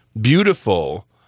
beautiful